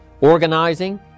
organizing